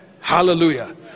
hallelujah